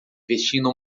vestindo